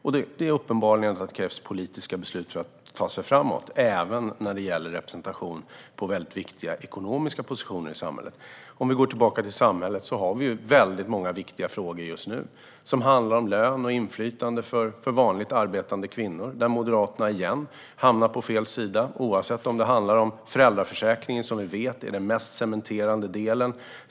Det är uppenbart att det krävs politiska beslut för att det ska gå framåt, även när det gäller representation på viktiga ekonomiska positioner i samhället. Om vi går tillbaka till samhället handlar väldigt många viktiga frågor just nu om lön och inflytande för vanliga arbetande kvinnor. Där hamnar Moderaterna på fel sida igen. Det gäller bland annat föräldraförsäkringen. Vi vet att den är den mest cementerande delen.